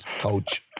coach